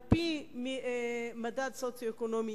על-פי מדד סוציו-אקונומי,